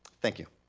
thank you.